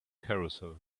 carousel